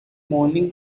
morning